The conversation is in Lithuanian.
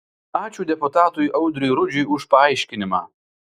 ačiū deputatui audriui rudžiui už paaiškinimą